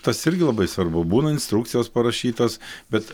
tas irgi labai svarbu būna instrukcijos parašytos bet